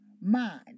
mind